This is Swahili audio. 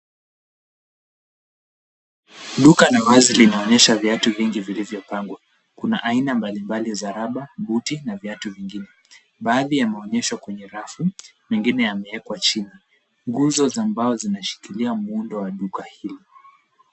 Duka na wazi linaonyesha viatu vingi vilivyopangwa. Kuna aina mbalimbali za raba , buti na viatu vingine. Baadhi yameonyeshwa kwenye rafu, mengine yameekwa chini. Nguzo za mbao zinashikilia muundo wa duka hili.